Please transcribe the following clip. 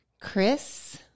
Chris